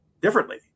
differently